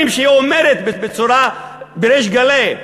דברים שהיא אומרת בריש גלי,